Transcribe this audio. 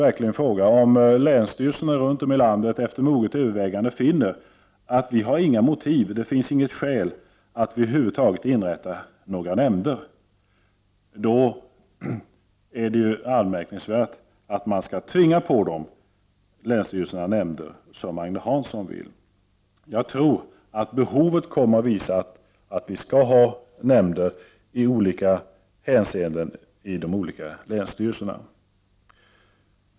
1989/90:46 runt om i landet efter moget övervägande finner att de inte har några motiv 14 december 1989 eller skäl till att inrätta några nämnder, är det anmärkningsvärt att man skall GA tvinga på länsstyrelserna nämnder, vilket är vad Agne Hansson vill. Jag tror att det kommer att visa sig att det finns behov av nämnder och att vi skall ha nämnder i olika funktioner i de olika länsstyrelserna.